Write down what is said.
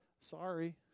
sorry